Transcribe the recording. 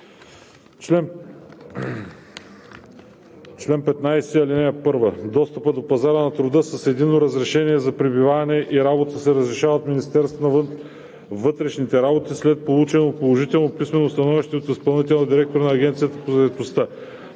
„Чл. 15. (1) Достъп до пазара на труда с Единно разрешение за пребиваване и работа се разрешава от Министерството на вътрешните работи след получено положително писмено становище от изпълнителния директор на Агенцията на заетостта.